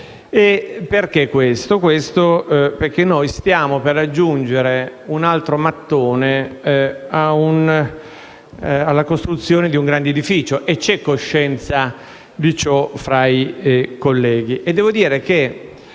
stato significativo. Stiamo per aggiungere un altro mattone alla costruzione di un grande edificio e c'è coscienza di ciò tra i colleghi.